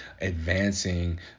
advancing